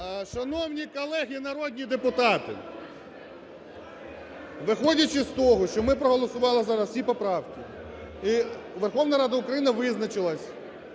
Шановні колеги нраодні депутати, виходячи з того, що ми проголосували зараз всі поправки, і Верховна Рада України визначилась,